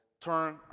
turn